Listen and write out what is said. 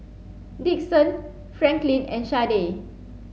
Dixon Franklin and Sharday